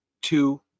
two